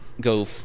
go